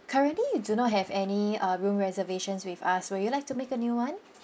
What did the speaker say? currently you do not have any uh room reservations with us would you like to make a new one